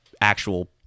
actual